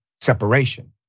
separation